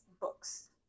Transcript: books